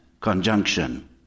conjunction